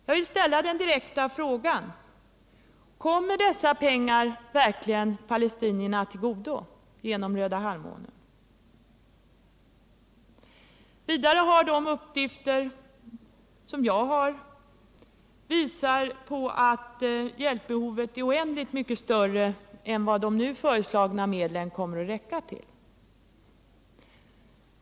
Jag vill ställa den direkta frågan: Kommer dessa pengar verkligen palestinierna till godo genom Röda halvmånen? De uppgifter som jag har visar att hjälpbehovet är oändligt mycket större än vad de nu föreslagna medlen kommer att räcka till.